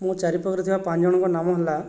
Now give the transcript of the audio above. ମୋ ଚାରିପାଖରେ ଥିବା ପାଞ୍ଚଜଣଙ୍କ ନାମ ହେଲା